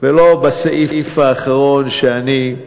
ולא בסעיף האחרון שיש